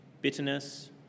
Bitterness